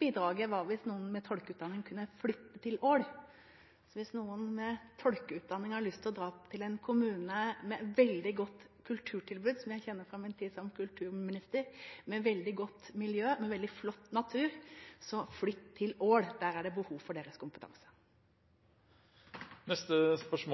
bidraget ville være hvis noen med tolkeutdanning kunne flytte til Ål. Så hvis noen med tolkeutdanning har lyst til å dra til en kommune med et veldig godt kulturtilbud – som jeg kjenner fra min tid som kulturminister – med et veldig godt miljø og med en veldig flott natur, så flytt til Ål! Der er det behov for deres kompetanse. Jeg ønsker